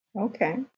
Okay